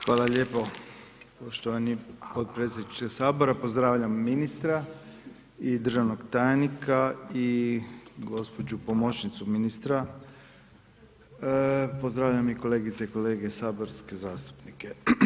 Hvala lijepo poštovani potpredsjedniče Sabora, pozdravljam ministra i državnog tajnika i gospođu pomoćnicu ministra, pozdravljam i kolegice i kolege saborske zastupnike.